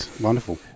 Wonderful